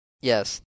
Yes